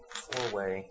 four-way